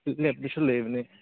ꯂꯦꯞꯄꯁꯨ ꯂꯩꯕꯅꯦ